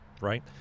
right